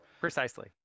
Precisely